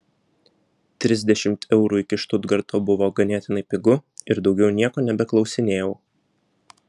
trisdešimt eurų iki štutgarto buvo ganėtinai pigu ir daugiau nieko nebeklausinėjau